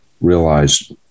realize